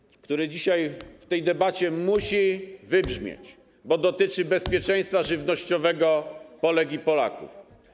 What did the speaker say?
Przykład, który dzisiaj w tej debacie musi wybrzmieć, dotyczy bezpieczeństwa żywnościowego Polek i Polaków.